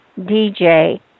DJ